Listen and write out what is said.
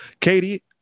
Katie